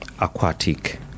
aquatic